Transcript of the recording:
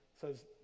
says